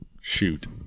shoot